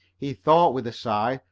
he thought, with a sigh,